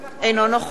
אינו נוכח